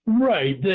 Right